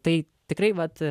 tai tikrai vat